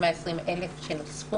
אני חושבת 120,000 שנוספו.